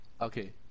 okay